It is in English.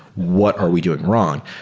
what are we doing wrong?